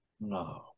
no